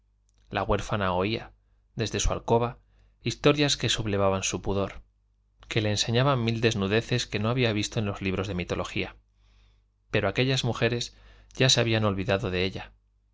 la huérfana oía desde su alcoba historias que sublevaban su pudor que le enseñaban mil desnudeces que no había visto en los libros de mitología pero aquellas mujeres ya se habían olvidado de ella